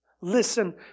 listen